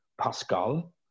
Pascal